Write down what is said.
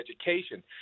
education